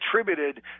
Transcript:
attributed